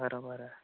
बरोबर आहे